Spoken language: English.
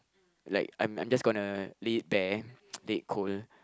like I'm I'm just gonna lay it there lay it cold